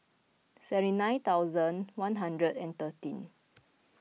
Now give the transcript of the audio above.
seven nine thousand one hundred and thirteen